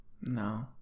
No